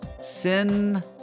Sin